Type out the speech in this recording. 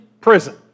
prison